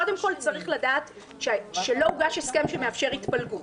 קודם כול צריך לדעת שלא הוגש הסכם שמאפשר התפלגות.